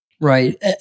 Right